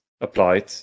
applied